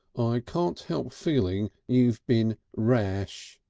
i can't help feeling you've been rash.